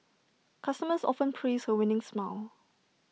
customers often praise her winning smile